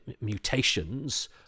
mutations